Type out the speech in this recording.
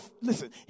listen